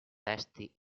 testi